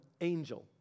angel